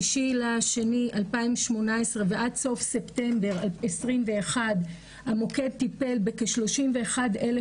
ב-6.2.2018 ועד סוף ספטמבר 21' המוקד טיפל בכ-31,000